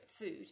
food